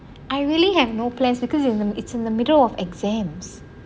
I really have no plans because it's in the middle of exams